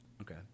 Okay